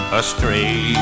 astray